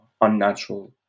unnatural